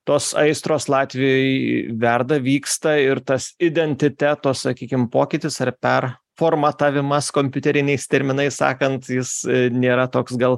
tos aistros latvijoj verda vyksta ir tas identiteto sakykim pokytis ar per formatavimas kompiuteriniais terminais sakant jis nėra toks gal